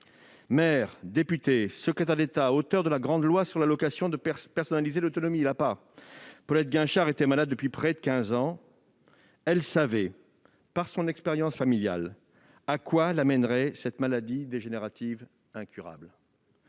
Maire, députée, secrétaire d'État, auteure de la grande loi sur l'allocation personnalisée d'autonomie (APA), Paulette Guinchard-Kunstler était malade depuis près de quinze ans. Elle savait, par son expérience familiale, à quoi la conduirait cette maladie dégénérative incurable.